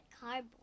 cardboard